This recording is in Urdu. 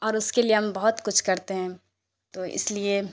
اور اس کے لیے ہم بہت کچھ کرتے ہیں تو اس لیے